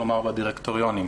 כלומר בדירקטוריונים.